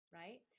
right